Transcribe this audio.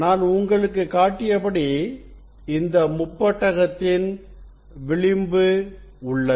நான் உங்களுக்குக் காட்டியபடி இந்த முப்பட்டகத்தின்விளிம்பு உள்ளது